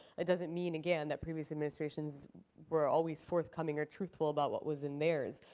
it doesn't mean, again, that previous administrations were always forthcoming or truthful about what was in theirs.